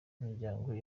imiryango